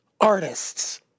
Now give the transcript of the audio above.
artists